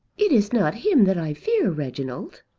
it is not him that i fear, reginald.